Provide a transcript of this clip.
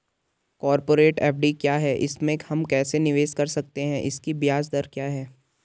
Corporate FD क्या है इसमें हम कैसे निवेश कर सकते हैं इसकी ब्याज दर क्या है?